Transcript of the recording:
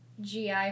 GI